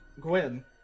Gwen